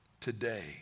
today